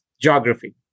geography